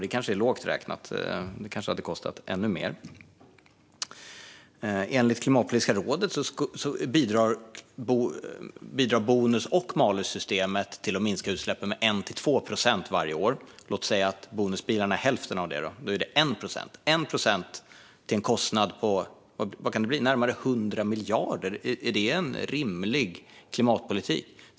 Det kanske är lågt räknat. Det kanske hade kostat ännu mer. Enligt Klimatpolitiska rådet bidrar bonus och malussystemet till att minska utsläppen med 1-2 procent varje år. Låt oss säga att bonusbilarna är hälften av det. Då är det 1 procent - 1 procent till en kostnad på, vad kan det bli, närmare 100 miljarder. Är det en rimlig klimatpolitik?